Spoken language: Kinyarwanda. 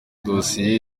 dossier